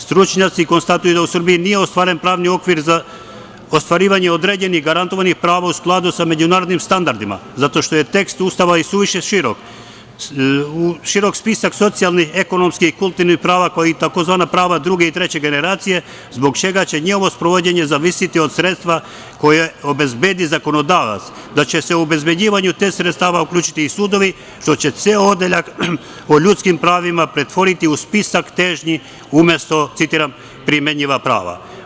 Stručnjaci konstatuju da u Srbiji nije ostvaren pravni okvir za ostvarivanje određenih garantovanih prava u skladu sa međunarodnim standardima zato što je tekst Ustava isuviše širok, širok spisak socijalnih, ekonomskih i kulturnih prava, kao i tzv. prava druge i treće generacije, zbog čega će njihovo sprovođenje zavisiti od sredstva koja obezbedi zakonodavac da će se u obezbeđivanju tih sredstava uključiti i sudovi, što će ceo odeljak o ljudskim pravima pretvoriti u spisak težnji, umesto, citiram, primenjiva prava.